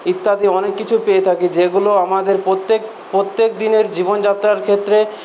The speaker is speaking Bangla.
ইত্যাদি অনেক কিছু পেয়ে থাকি যেগুলো আমাদের প্রত্যেক প্রত্যেকদিনের জীবনযাত্রার ক্ষেত্রে